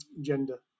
gender